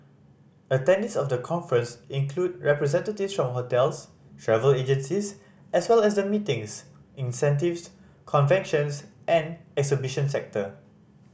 attendees of the conference include representatives from hotels travel agencies as well as the meetings incentives conventions and exhibition sector